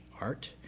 art